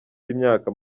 y’imyaka